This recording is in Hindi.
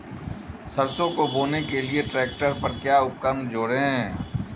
सरसों को बोने के लिये ट्रैक्टर पर क्या उपकरण जोड़ें?